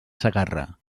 segarra